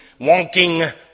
wonking